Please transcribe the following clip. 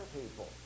people